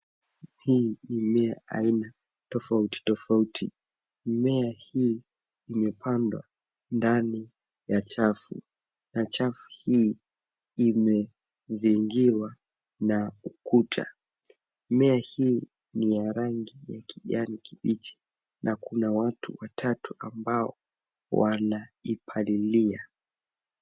Hii ni mimea aina tofauti tofauti. Mimea hii imepandwa ndani ya chafu na chafu hii imezingirwa na ukuta. Mimea hii ni ya rangi ya kijani kibichi na kuna watu watatu ambao wanaipalilia.